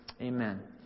Amen